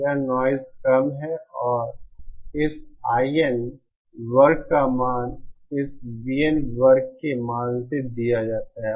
यह नॉइज़ कम है और इस IN वर्ग का मान इस VN वर्ग के मान से दिया जाता है